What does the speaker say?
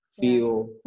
feel